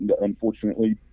unfortunately